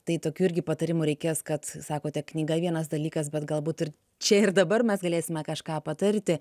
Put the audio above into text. tai tokių irgi patarimų reikės kad sakote knyga vienas dalykas bet galbūt ir čia ir dabar mes galėsime kažką patarti